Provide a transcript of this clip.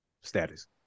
status